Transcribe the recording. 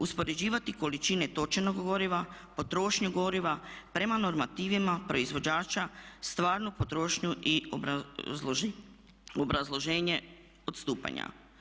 Uspoređivati količine točenog goriva, potrošnju goriva prema normativima proizvođača, stvarnu potrošnju i obrazloženje odstupanja.